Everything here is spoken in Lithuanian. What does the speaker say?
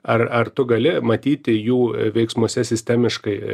ar ar tu gali matyti jų veiksmuose sistemiškai